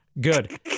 Good